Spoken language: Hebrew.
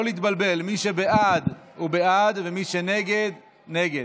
לא להתבלבל, מי שבעד הוא בעד, ומי שנגד, נגד.